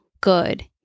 good